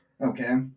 Okay